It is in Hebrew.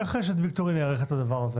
איך רשת ויקטורי נערכת לדבר הזה?